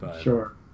Sure